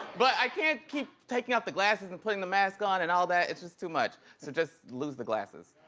but i can't keep taking off the glasses and putting the mask on and all that, it's just too much, so just lose the glasses.